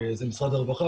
זה משרד הרווחה,